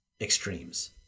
extremes